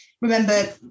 remember